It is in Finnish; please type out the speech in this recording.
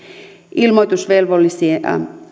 ilmoitusvelvollisia